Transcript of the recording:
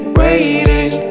waiting